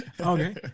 Okay